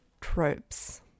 tropes